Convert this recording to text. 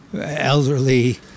elderly